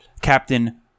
captain